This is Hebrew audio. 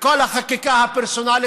וכל החקיקה הפרסונלית,